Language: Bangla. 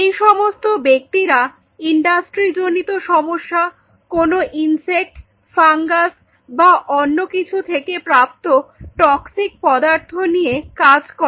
এই সমস্ত ব্যক্তিরা ইন্ডাস্ট্রি জনিত সমস্যা কোন ইনসেক্ট ফাঙ্গাস বা অন্যকিছু থেকে প্রাপ্ত টক্সিক পদার্থ নিয়ে কাজ করে